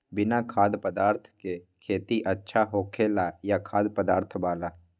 बिना खाद्य पदार्थ के खेती अच्छा होखेला या खाद्य पदार्थ वाला?